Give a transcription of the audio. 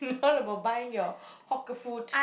not about buying your hawker food